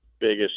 biggest